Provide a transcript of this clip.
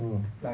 no lah